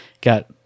Got